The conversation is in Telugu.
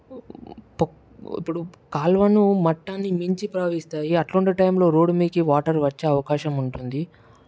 ఇప్పుడు కాలువను మట్టాన్ని మించి ప్రవహిస్తాయి అట్లుండే టైంలో రోడ్ మీదకి వర్షాలు వచ్చే అవకాశం ఉంటుంది